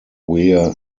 wear